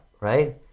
right